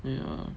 ya